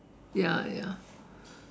ya ya